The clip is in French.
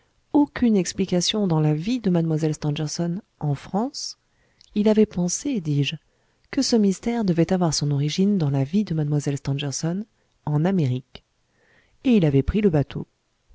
aucune explication dans la vie de mlle stangerson en france il avait pensé dis-je que ce mystère devait avoir son origine dans la vie de mlle stangerson en amérique et il avait pris le bateau